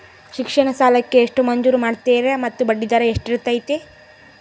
ಶಿಕ್ಷಣ ಸಾಲಕ್ಕೆ ಎಷ್ಟು ಮಂಜೂರು ಮಾಡ್ತೇರಿ ಮತ್ತು ಬಡ್ಡಿದರ ಎಷ್ಟಿರ್ತೈತೆ?